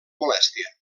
molèstia